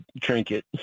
trinket